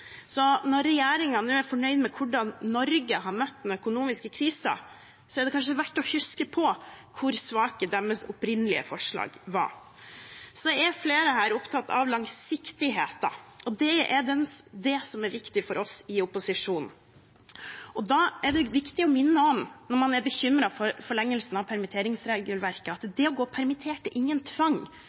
Når regjeringen nå er fornøyd med hvordan Norge har møtt den økonomiske krisen, er det kanskje verdt å huske på hvor svake deres opprinnelige forslag var. Så er flere her opptatt av langsiktigheten, og det er det som er viktig for oss i opposisjonen. Da er det viktig å minne om, når man er bekymret for forlengelsen av permitteringsregelverket, at det å gå permittert ikke er noen tvang